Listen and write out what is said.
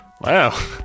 Wow